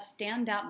standout